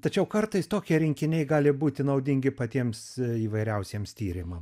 tačiau kartais tokie rinkiniai gali būti naudingi patiems įvairiausiems tyrimams